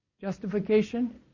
Justification